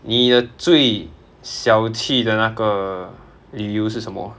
你的最小气的那个理由是什么